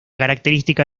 característica